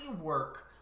work